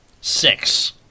Six